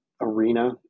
arena